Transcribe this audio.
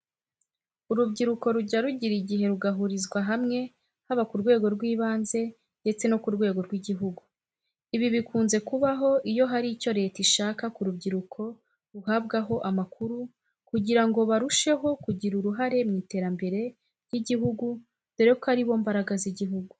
Urubyiruko rujya rugira igihe rugahurizwa hamwe haba ku rwego rw'ibanze ndetse no ku rwego rw'igihugu. Ibi bikunze kubaho iyo hari icyo Leta ishaka ko urubyiruko ruhabwaho amakuru kugira ngo barusheho kugira uruhare mu iterambere ry'igihugu dore ko ari bo mbaraga z'igihugu.